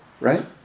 right